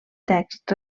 text